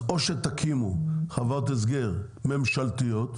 אז או שתקימו חברות הסגר ממשלתיות